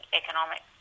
economic